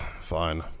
Fine